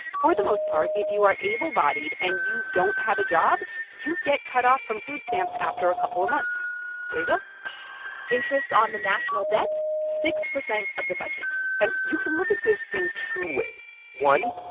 for the most part, if you are able-bodied and you don't have a job, you get cut off from food stamps after a couple of months ago there you go interest on the national debt, six percent of the budget and you can look at this in two ways. one,